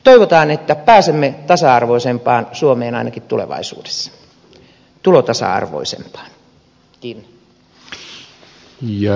toivotaan että pääsemme tasa arvoisempaan suomeen ainakin tulevaisuudessa tulotasa arvoisempaan